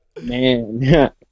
Man